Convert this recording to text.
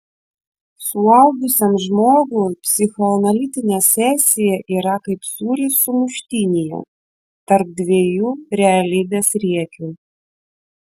suaugusiam žmogui psichoanalitinė sesija yra kaip sūris sumuštinyje tarp dviejų realybės riekių